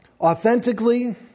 authentically